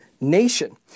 nation